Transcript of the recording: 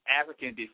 African